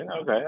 Okay